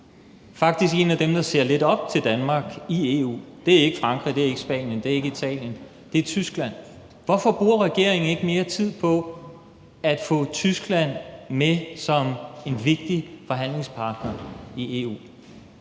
faktisk en af dem, der ser lidt op til Danmark i EU. Det er ikke Frankrig, det er ikke Spanien, det er ikke Italien, det er Tyskland. Hvorfor bruger regeringen ikke mere tid på at få Tyskland med som en vigtig forhandlingspartner i EU?